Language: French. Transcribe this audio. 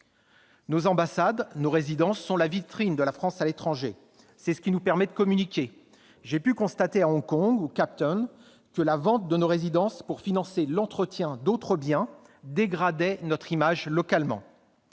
Nos ambassades, nos résidences sont la vitrine de la France à l'étranger ! C'est ce qui nous permet de communiquer. J'ai pu constater à Hong Kong ou Cape Town que la vente de nos résidences pour financer l'entretien d'autres biens dégradait notre image localement.